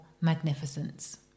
magnificence